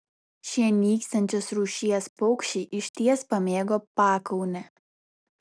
šie nykstančios rūšies paukščiai išties pamėgo pakaunę